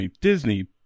Disney